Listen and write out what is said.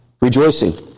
rejoicing